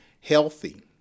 healthy